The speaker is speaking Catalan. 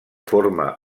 forma